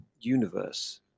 universe